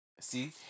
See